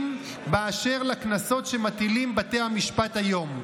באשר לקנסות שמטילים בתי המשפט היום,